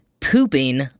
pooping